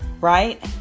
right